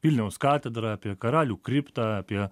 vilniaus katedrą apie karalių kriptą apie